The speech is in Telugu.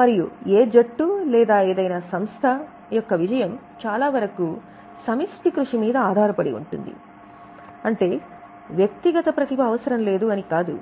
మరియు ఏ జట్టు లేదా ఏదైనా సంస్థ యొక్క విజయం చాలావరకు సమిష్టి పని మీద ఆధారపడి ఉంటుంది అంటే వ్యక్తిగత ప్రతిభ అవసరం లేదు అని కాదు